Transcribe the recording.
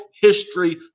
history